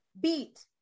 beat